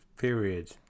period